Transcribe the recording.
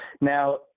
Now